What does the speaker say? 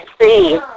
see